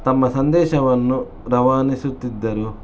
ತಮ್ಮ ಸಂದೇಶವನ್ನು ರವಾನಿಸುತ್ತಿದ್ದರು